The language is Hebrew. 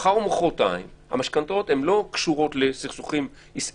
המשכנתאות גם קשורות לסכסוכים עסקיים.